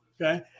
Okay